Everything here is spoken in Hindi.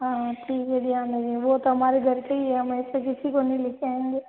हाँ हाँ प्लीज यह ध्यान रखिएगा वह तो हमारे घर के ही है हम ऐसे किसी को नहीं दे पाएंगे